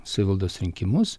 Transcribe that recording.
savivaldos rinkimus